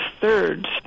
third